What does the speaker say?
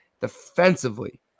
Defensively